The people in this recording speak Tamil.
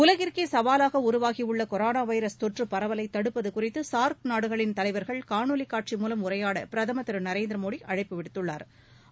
உலகிற்கே சவாவாக உருவாகியுள்ள கொரோனா வைரஸ் தொற்று பரவலை தடுப்பது குறித்து சாா்க் நாடுகளின் தலைவர்கள் காணொலி காட்சி மூலம் உரையாட பிரதமர் திரு நரேந்திரமோடி அழைப்பு விடுத்துள்ளா்